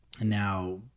Now